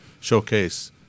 showcase